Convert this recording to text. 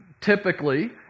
typically